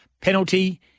Penalty